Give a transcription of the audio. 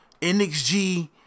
NXG